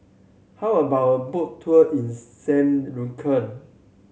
how about a boat tour in Saint Lucia